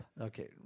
Okay